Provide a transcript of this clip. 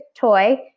toy